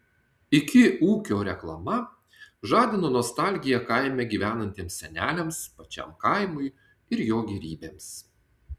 iki ūkio reklama žadino nostalgiją kaime gyvenantiems seneliams pačiam kaimui ir jo gėrybėms